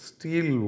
Steel